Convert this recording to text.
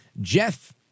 Jeff